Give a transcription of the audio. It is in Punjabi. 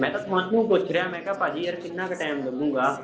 ਮੈਂ ਤਾਂ ਤੁਹਾਨੂੰ ਪੁੱਛ ਰਿਹਾ ਮੈਂ ਕਿਆ ਭਾਅ ਜੀ ਯਾਰ ਕਿੰਨਾਂ ਕੁ ਟਾਇਮ ਲੱਗੂਗਾ